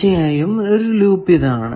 തീർച്ചയായും ഒരു ലൂപ്പ് ഇതാണ്